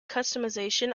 customization